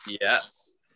yes